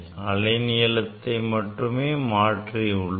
அலைநீளம் மட்டுமே மாறியுள்ளது